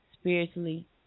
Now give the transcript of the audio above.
spiritually